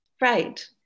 Right